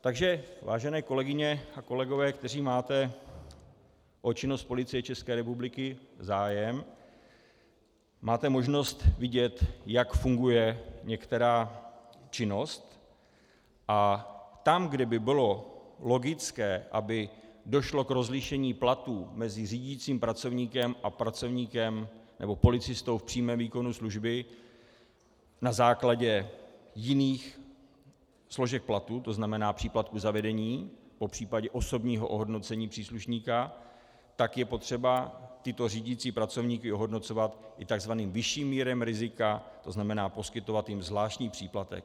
Takže vážení kolegové a kolegyně, kteří máte o činnost Policie České republiky zájem, máte možnost vidět, jak funguje některá činnost, a tam, kde by bylo logické, aby došlo k rozlišení platů mezi řídícím pracovníkem a policistou v přímém výkonu služby na základě jiných složek platu, to znamená příplatku za vedení, popřípadě osobního ohodnocení příslušníka, tak je potřeba tyto řídící pracovníky ohodnocovat i takzvaným vyšším mírem rizika, to znamená poskytovat jim zvláštní příplatek.